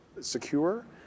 secure